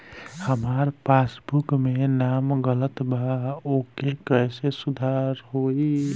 हमार पासबुक मे नाम गलत बा ओके कैसे सुधार होई?